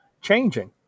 changing